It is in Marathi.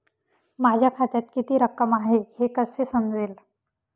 माझ्या खात्यात किती रक्कम आहे हे कसे समजेल?